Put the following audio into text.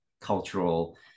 cultural